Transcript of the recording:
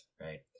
right